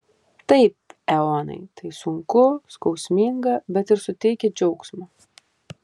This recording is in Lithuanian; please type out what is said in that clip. taip eonai tai sunku skausminga bet ir suteikia džiaugsmo